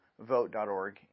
vote.org